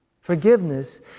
Forgiveness